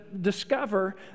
discover